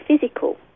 physical